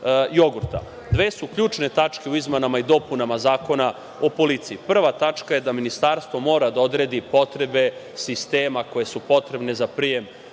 su ključne tačke u izmenama i dopunama Zakona o policiji. Prva tačka je da Ministarstvo mora da odredi potrebe sistema koje su potrebne za prijem